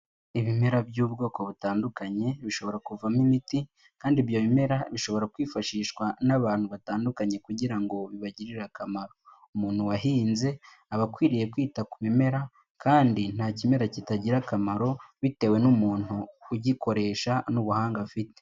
Ibimera by'ubwoko butandukanye, bishobora kuvamo imiti, kandi ibyo bimera bishobora kwifashishwa n'abantu batandukanye kugira ngo bibagirire akamaro. Umuntu wahinze aba akwiriye kwita ku bimera, kandi nta kimera kitagira akamaro, bitewe n'umuntu ugikoresha n'ubuhanga afite.